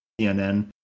CNN